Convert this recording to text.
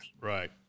Right